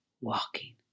walking